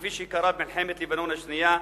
כפי שקרה במלחמת לבנון השנייה,